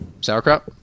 Sauerkraut